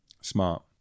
Smart